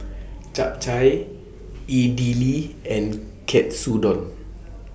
Japchae Idili and Katsudon